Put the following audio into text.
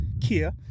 kia